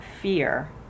fear